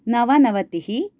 नवनवतिः